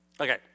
Okay